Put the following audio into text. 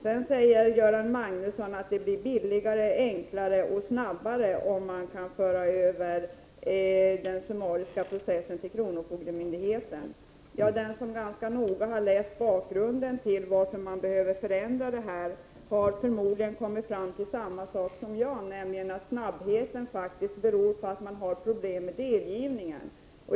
Sedan säger Göran Magnusson att det blir billigare, enklare och snabbare om man för över den summariska processen till kronofogdemyndigheten. Den som noga har läst bakgrunden till att denna förändring behövs har förmodligen kommit fram till samma sak som jag, nämligen att snabbheten är beroende av problemen med delgivning.